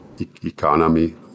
economy